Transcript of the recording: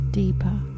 deeper